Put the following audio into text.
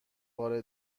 بار